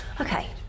Okay